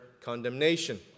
condemnation